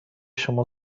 شما